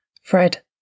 Fred